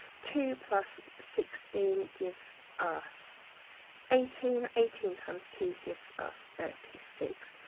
two plus sixteen gives us eighteen. eighteen times two gives us thirty six.